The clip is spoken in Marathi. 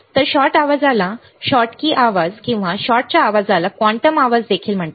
तर शॉट आवाजाला शॉटकी आवाज किंवा शॉटच्या आवाजाला क्वांटम आवाज देखील म्हणतात